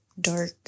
dark